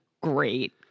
great